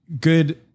good